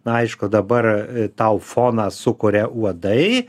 nu aišku dabar tau foną sukuria uodai